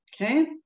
okay